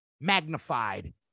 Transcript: magnified